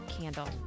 candle